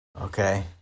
Okay